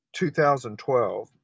2012